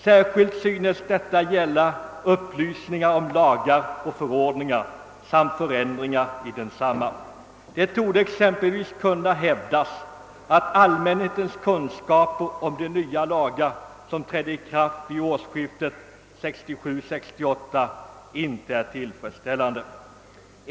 Särskilt synes detta gälla upplysningar om lagar och förordningar samt förändringar i dessa. Det torde exempelvis kunna hävdas, att allmänhetens kunskap om de nya lagar som trädde i kraft vid årsskiftet 1967—1968 inte är tillfredsställande.